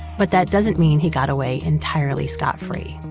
but that doesn't mean he got away entirely scott-free.